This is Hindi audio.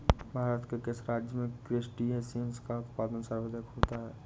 भारत के किस राज्य में क्रस्टेशियंस का उत्पादन सर्वाधिक होता है?